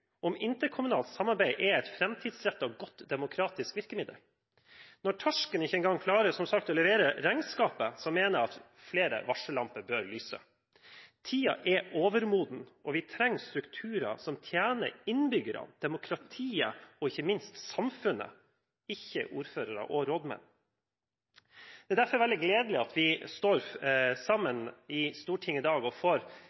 om interkommunalt samarbeid er et framtidsrettet, godt demokratisk virkemiddel. Når Torsken som sagt ikke engang klarer å levere regnskapet, mener jeg at flere varsellamper bør lyse. Tiden er overmoden, og vi trenger strukturer som tjener innbyggerne, demokratiet og ikke minst samfunnet – ikke ordførere og rådmenn. Det er derfor veldig gledelig at vi står